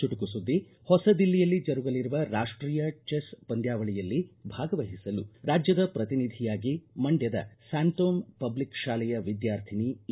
ಚುಟುಕು ಸಮಾಚಾರ ಹೊಸ ದಿಲ್ಲಿಯಲ್ಲಿ ಜರುಗಲಿರುವ ರಾಷ್ಟೀಯ ಜೆಸ್ ಪಂದ್ಯಾವಳಿಯಲ್ಲಿ ಭಾಗವಹಿಸಲು ರಾಜ್ಯದ ಪ್ರತಿನಿಧಿಯಾಗಿ ಮಂಡ್ಯದ ಸಾಂತೋಮ್ ಪಬ್ಲಿಕ್ ಶಾಲೆಯ ವಿದ್ಯಾರ್ಥಿನಿ ಎ